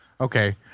okay